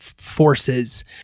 forces